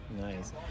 Nice